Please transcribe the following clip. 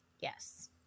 Yes